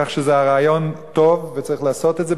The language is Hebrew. כך שזה רעיון טוב וצריך לעשות את זה,